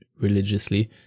religiously